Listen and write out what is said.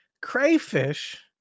crayfish